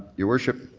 your worship,